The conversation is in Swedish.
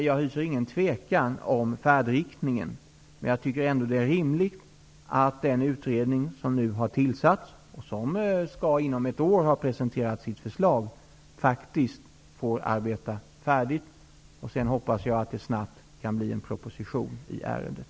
Jag hyser ingen tvekan om färdriktningen, men jag tycker ändå att det är rimligt att den utredning som har tillsatts och som inom ett år skall ha presenterat sitt förslag faktiskt får arbeta färdigt. Sedan hoppas jag att det snabbt kan bli en proposition i ärendet.